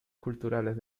culturales